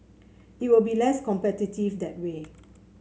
it will be less competitive that way